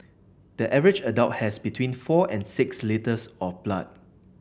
the average adult has between four and six litres of blood